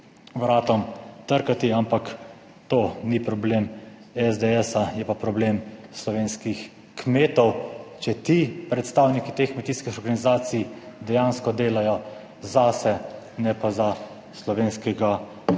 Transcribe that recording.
vratom trkati, ampak to ni problem SDS, je pa problem slovenskih kmetov, če ti predstavniki teh kmetijskih organizacij dejansko delajo zase, ne pa za slovenskega